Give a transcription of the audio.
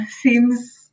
seems